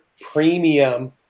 premium